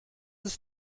ist